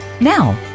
Now